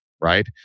right